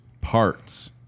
parts